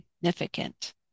significant